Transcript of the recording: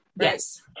Yes